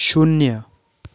शून्य